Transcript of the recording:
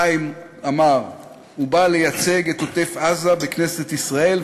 חיים אמר שהוא בא לייצג את עוטף-עזה בכנסת ישראל,